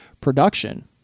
production